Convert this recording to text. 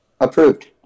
approved